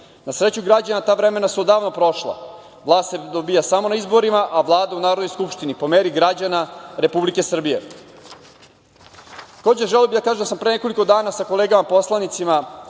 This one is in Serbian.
sreću građana ta vremena su odavno prošla. Vlast se dobija samo na izborima, a Vlada u Narodnoj skupštini, po meri građana Republike Srbije. Takođe, želeo bih da kažem da sam pre nekoliko dana sa kolegama poslanicima,